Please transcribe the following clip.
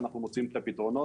אנחנו מוצאים את הפתרונות.